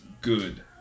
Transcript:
good